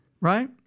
right